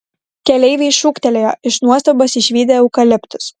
keleiviai šūktelėjo iš nuostabos išvydę eukaliptus